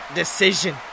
decision